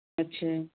ਅੱਛਾ ਜੀ